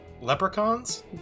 Leprechauns